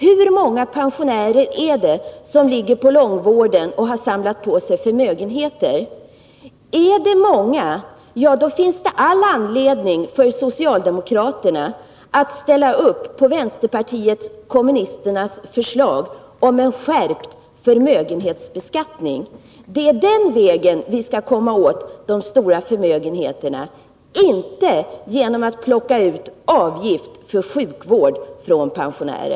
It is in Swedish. Hur många pensionärer är det som ligger på långvården och har samlat på sig förmögenheter? Om det är många, finns det all anledning för socialdemokraterna att ställa sig bakom vänsterpartiet kommunisternas förslag om en skärpt förmögenhetsbeskattning. Det är den vägen som vi skall komma åt de stora förmögenheterna, inte genom att från pensionärerna plocka avgifter för sjukvård.